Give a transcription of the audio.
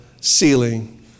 ceiling